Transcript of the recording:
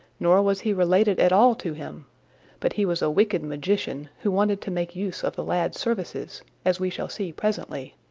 nor was he related at all to him but he was a wicked magician, who wanted to make use of the lad's services, as we shall see presently.